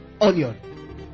onion